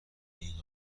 این